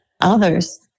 others